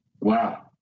Wow